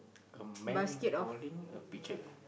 a man holding a picture